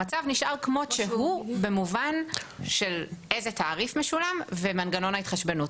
המצב נשאר כמו שהוא במובן של איזה תעריף משולם ומנגנון ההתחשבנות.